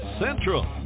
Central